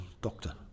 doctor